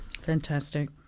Fantastic